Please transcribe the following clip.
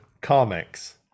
comics